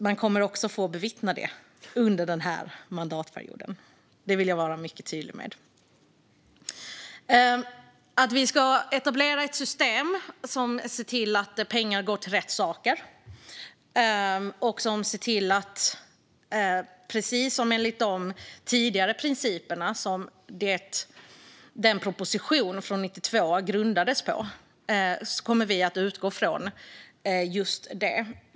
Man kommer också att få bevittna detta under denna mandatperiod. Det vill jag vara mycket tydlig med. Vi ska etablera ett system som ser till att pengar går till rätt saker, och vi kommer att utgå från principerna som propositionen från 1992 grundade sig på.